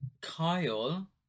Kyle